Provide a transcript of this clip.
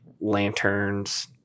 lanterns